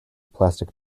plastic